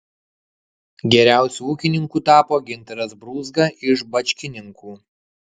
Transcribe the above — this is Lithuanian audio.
geriausiu ūkininku tapo gintaras brūzga iš bačkininkų